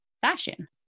fashion